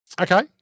Okay